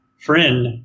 friend